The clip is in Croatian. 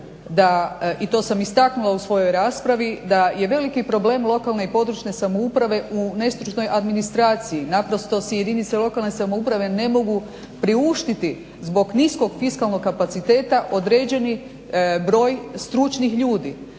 i to sam istaknula u svojoj raspravi da je veliki problem lokalne i područne samouprave u nestručnoj administraciji, naprosto si jedinice lokalne samouprave ne mogu priuštiti zbog niskog fiskalnog kapaciteta određeni broj stručnih ljudi.